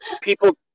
people